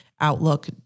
outlook